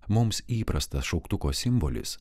mums įprastas šauktuko simbolis